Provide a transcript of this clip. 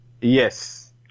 Yes